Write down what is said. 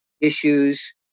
issues